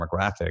demographic